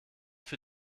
für